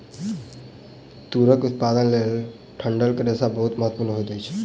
तूरक उत्पादन के लेल डंठल के रेशा बहुत महत्वपूर्ण होइत अछि